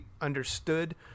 understood